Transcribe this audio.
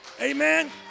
Amen